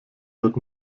wird